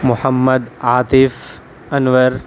محمد Atif انور